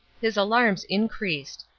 his alarms increased.